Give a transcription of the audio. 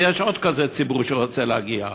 ויש עוד כזה ציבור שרוצה להגיע.